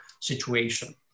situation